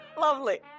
lovely